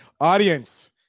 audience